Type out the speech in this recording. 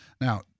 Now